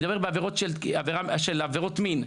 אני מדבר בעבירות של עבירות מין,